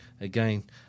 again